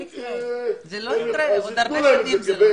ייתנו,